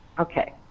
Okay